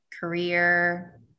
career